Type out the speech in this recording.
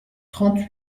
trente